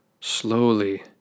slowly